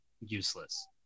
useless